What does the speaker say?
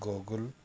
Google